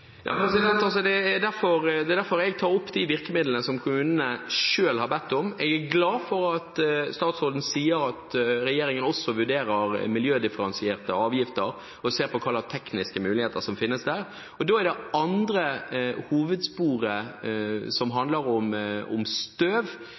Det er derfor jeg tar opp de virkemidlene som kommunene selv har bedt om. Jeg er glad for at statsråden sier at regjeringen også vurderer miljødifferensierte avgifter og ser på hva slags tekniske muligheter som finnes der. Det andre hovedsporet handler om støv – helseskadelig støv